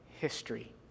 history